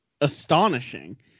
astonishing